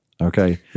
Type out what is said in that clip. Okay